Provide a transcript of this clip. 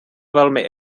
velmi